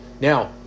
Now